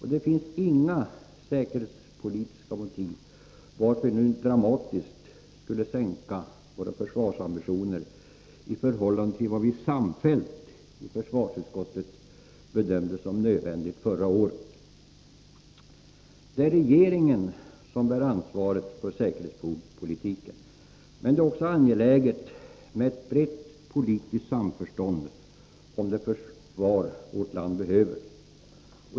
Det finns inga säkerhetspolitiska motiv till att vi dramatiskt skulle sänka våra försvarsambitioner i förhållande till vad vi samfällt i försvarsutskottet bedömde som nödvändigt förra året. Det är regeringen som bär ansvaret för säkerhetspolitiken. Men det är också angeläget med ett brett politiskt samförstånd om det försvar vårt land behöver.